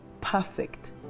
perfect